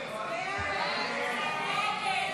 הסתייגות